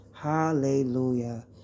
Hallelujah